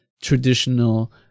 traditional